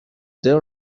their